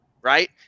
right